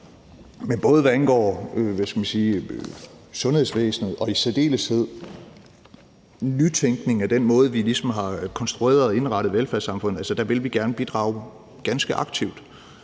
Men både hvad angår sundhedsvæsenet og i særdeleshed nytænkning af den måde, vi ligesom har konstrueret og indrettet velfærdssamfundet på, vil vi gerne bidrage ganske aktivt.